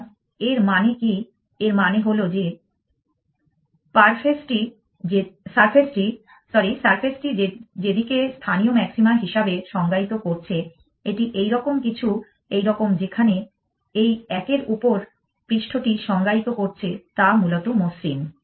সুতরাং এর মানে কি এর মানে হল যে সারফেসটি যেটিকে স্থানীয় ম্যাক্সিমা হিসাবে সংজ্ঞায়িত করছে এটি এইরকম কিছু এইরকম যেখানে এই একের উপর পৃষ্ঠটি সংজ্ঞায়িত করছে তা মূলত মসৃণ